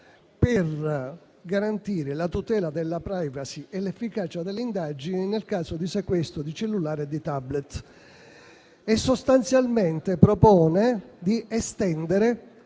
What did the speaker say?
per garantire la tutela della *privacy* e l'efficacia delle indagini nel caso di sequestro di cellulari e di *tablet*. Sostanzialmente propone di estendere